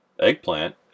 eggplant